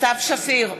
סתיו שפיר,